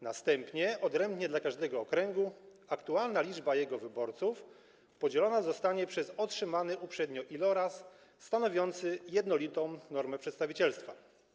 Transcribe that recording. Następnie odrębnie dla każdego okręgu aktualna liczba jego wyborców podzielona zostanie przez otrzymany uprzednio iloraz stanowiący jednolitą normę przedstawicielstwa.